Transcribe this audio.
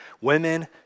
women